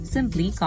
Simply